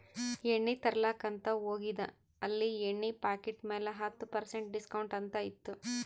ಎಣ್ಣಿ ತರ್ಲಾಕ್ ಅಂತ್ ಹೋಗಿದ ಅಲ್ಲಿ ಎಣ್ಣಿ ಪಾಕಿಟ್ ಮ್ಯಾಲ ಹತ್ತ್ ಪರ್ಸೆಂಟ್ ಡಿಸ್ಕೌಂಟ್ ಅಂತ್ ಇತ್ತು